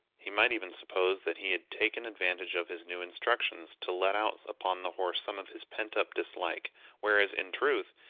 he might even suppose that he had taken advantage of his new instructions, to let out upon the horse some of his pent-up dislike whereas in truth,